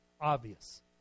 Obvious